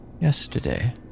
yesterday